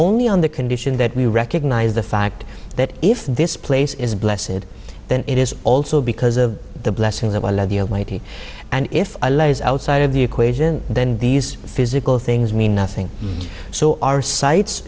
only on the condition that we recognize the fact that if this place is a blessing it then it is also because of the blessings of our love the mighty and if a light is outside of the equation then these physical things mean nothing so our sights